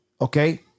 Okay